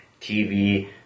TV